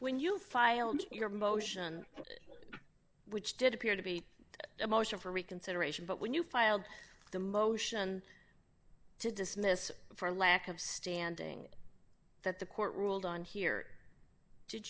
when you file your motion which did appear to be a motion for reconsideration but when you filed the motion to dismiss for lack of standing that the court ruled on here